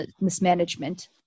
mismanagement